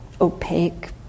opaque